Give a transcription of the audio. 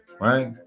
Right